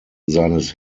seines